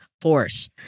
force